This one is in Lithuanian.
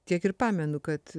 tiek ir pamenu kad